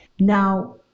Now